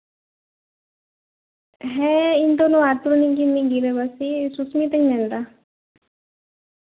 ᱦᱮᱸ ᱤᱧ ᱫᱚ ᱱᱚᱣᱟ ᱟᱛᱳ ᱨᱤᱱᱤᱪ ᱜᱮ ᱢᱤᱫ ᱜᱤᱨᱟᱹᱵᱟᱹᱥᱤ ᱥᱩᱥᱢᱤᱛᱟᱧ ᱢᱮᱱᱫᱟ